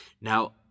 Now